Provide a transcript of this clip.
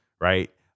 right